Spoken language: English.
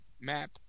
map